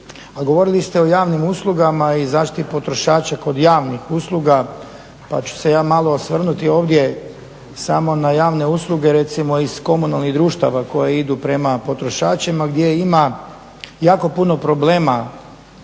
govorili ste o javnim uslugama i zaštiti potrošača kod javnih usluga pa ću se ja malo osvrnuti ovdje samo na javne usluge recimo iz komunalnih društava koje idu prema potrošačima gdje ima jako puno problema